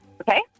okay